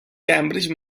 cambridge